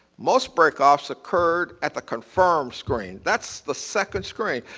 most breakoffs occurred at the confirm screen. that's the second screen.